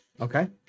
Okay